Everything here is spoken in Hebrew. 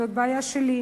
זאת בעיה שלי,